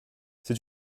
c’est